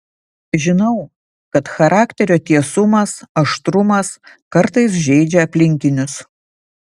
žinau kad charakterio tiesumas aštrumas kartais žeidžia aplinkinius